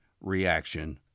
reaction